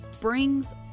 brings